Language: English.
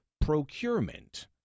procurement